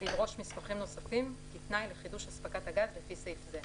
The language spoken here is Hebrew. לדרוש מסמכים נוספים כתנאי לחידוש הספקת הגז לפי סעיף זה.